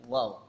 Wow